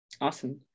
Awesome